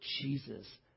Jesus